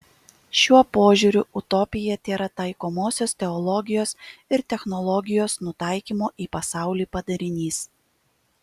šiuo požiūriu utopija tėra taikomosios teologijos ir technologijos nutaikymo į pasaulį padarinys